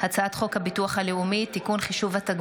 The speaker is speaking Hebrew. הצעת חוק הביטוח הלאומי (תיקון,